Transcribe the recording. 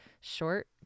Short